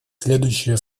следующие